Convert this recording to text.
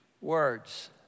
words